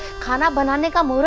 khana banana. like um ah